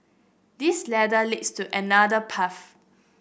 this ladder leads to another path